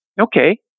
Okay